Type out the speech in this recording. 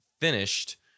finished